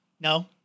No